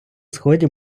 сході